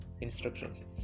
instructions